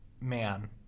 man